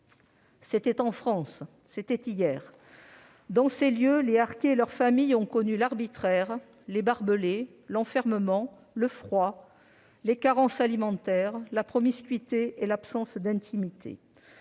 C'était en France ; c'était hier. Dans ces lieux, les harkis et leurs familles ont connu l'arbitraire, les barbelés, l'enfermement, le froid, les carences alimentaires, la promiscuité et l'absence d'intimité.